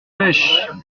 mèche